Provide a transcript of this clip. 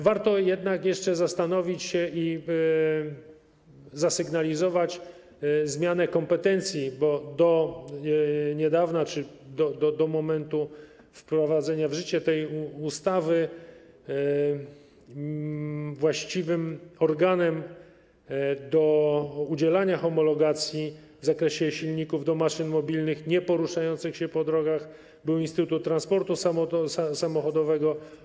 Warto jednak jeszcze zastanowić się i zasygnalizować zmianę kompetencji, bo do niedawna czy do momentu wprowadzenia w życie tej ustawy organem właściwym do udzielania homologacji w zakresie silników do maszyn mobilnych nieporuszających się po drogach był Instytut Transportu Samochodowego.